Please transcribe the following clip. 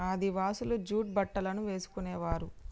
ఆదివాసులు జూట్ బట్టలను వేసుకునేవారు